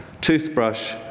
toothbrush